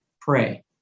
pray